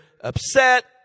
upset